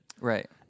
Right